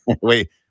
wait